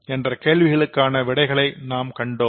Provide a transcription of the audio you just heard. என்ற கேள்விகளுக்கான விடைகளை நாம் கண்டோம்